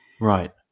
Right